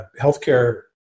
healthcare